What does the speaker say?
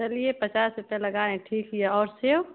चलिए पचास रुपये लगाए हैं ठीक है और सेब